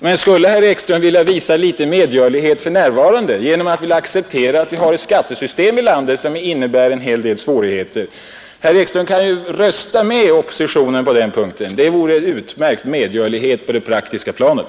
Men skulle herr Ekström för närvarande vilja visa litet medgörlighet kan han acceptera att vi har ett skattesystem i landet som medför en hel del svårigheter, och rösta med oppositionen för att få en skatteutredning; det vore en utmärkt medgörlighet på det praktiska planet.